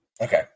Okay